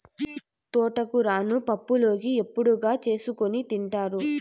తోటకూరను పప్పులోకి, ఏపుడుగా చేసుకోని తింటారు